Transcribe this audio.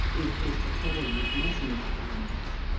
if mr. forley's messenger comes.